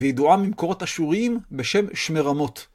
וידועה ממקורות אשוריים בשם שנרמות.